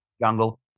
jungle